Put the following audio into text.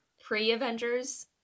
pre-Avengers